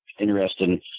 interesting